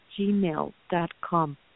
gmail.com